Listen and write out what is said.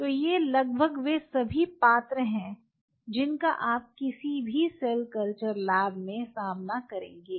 तो ये लगभग वे सभी पात्र हैं जिनका आप किसी भी सेल कल्चर लैब में सामना करेंगे